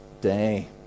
day